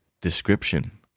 description